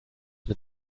mit